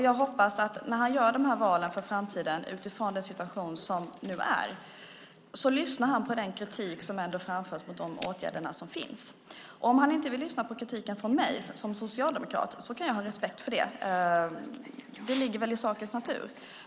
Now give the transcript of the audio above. Jag hoppas att han när han gör de valen för framtiden, utifrån den situation som nu är, lyssnar på den kritik som framförts mot de åtgärder som finns. Om han inte vill lyssna på kritiken från mig som socialdemokrat kan jag ha respekt för det. Det ligger väl i sakens natur.